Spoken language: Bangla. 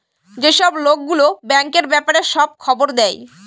যেসব লোক গুলো ব্যাঙ্কের ব্যাপারে সব খবর দেয়